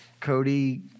Cody